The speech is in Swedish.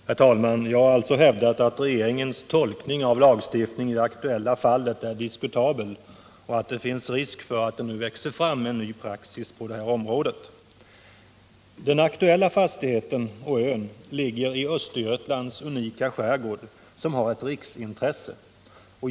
Herr talman! Jag har alltså hävdat att regeringens tolkning av lagstiftningen i det aktuella fallet är diskutabel och att det finns risk för att det växer fram en ny praxis på det här området. Den aktuella fastigheten på ön ligger i Östergötlands unika skärgård som har riksintresse.